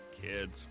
Kids